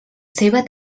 seva